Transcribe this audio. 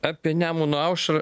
apie nemuno aušrą